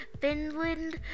Finland